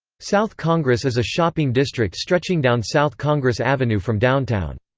south congress is a shopping district stretching down south congress avenue from downtown.